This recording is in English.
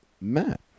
Matt